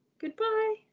Goodbye